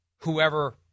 whoever